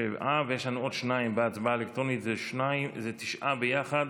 יש לנו עוד שניים בהצבעה אלקטרונית, זה תשעה יחד.